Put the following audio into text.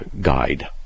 guide